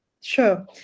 Sure